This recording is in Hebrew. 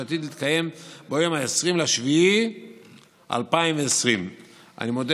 שעתיד להתקיים ביום 20 ביולי 2020. אני מודה